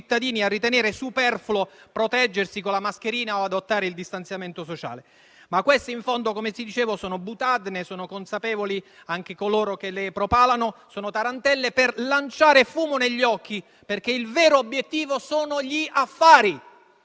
a ritenere superfluo proteggersi con la mascherina o adottare il distanziamento sociale. Ma queste, in fondo - come dicevo - sono *boutade,* ne sono consapevoli anche coloro che le propalano, sono tarantelle per lanciare fumo negli occhi, perché il vero obiettivo sono gli affari,